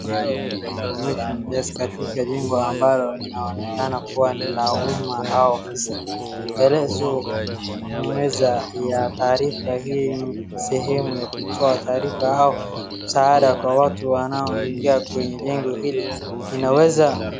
Eneo la information desk katika jengo ambalo linaloonekana kuwa ni la umma au ofisi. Elezo meza ya taarifa hii sehemu ya kutoa taarifa au msaada kwa watu wanaoingia kwenye jengo hili inaweza.